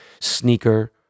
sneaker